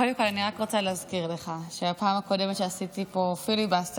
קודם כול אני רק רוצה להזכיר לך שהפעם הקודמת שעשיתי פה פיליבסטר,